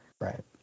Right